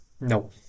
No